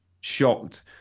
shocked